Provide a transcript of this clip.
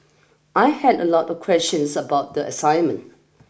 I had a lot of questions about the assignment